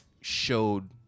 showed